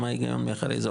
מה ההיגיון מאחורי זה.